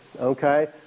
okay